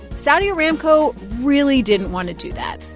saudi aramco really didn't want to do that,